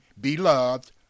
beloved